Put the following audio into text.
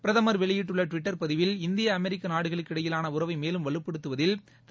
பிரதமர் வெளியிட்டுள்ள ட்விட்டர் பதிவில் இந்திய அமெரிக்க நாடுகளுக்கு இடையிலான உறவை மேலும் வலுப்படுத்துவதில் திரு